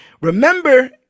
remember